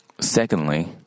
Secondly